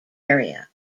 area